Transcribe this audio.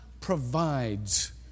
provides